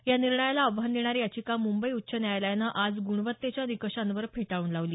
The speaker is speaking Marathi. या निर्णयाला आव्हान देणारी याचिका मुंबई उच्च न्यायालयानं आज गुणवत्तेच्या निकषांवर फेटाळून लावली